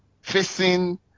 facing